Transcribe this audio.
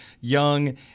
Young